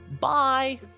Bye